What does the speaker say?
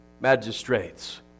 magistrates